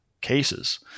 cases